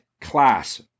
class